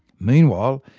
meanwhile,